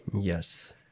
Yes